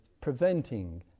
preventing